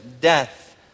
death